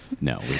No